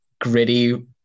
gritty